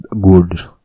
good